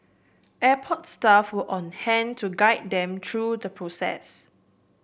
airport staff were on hand to guide them through the process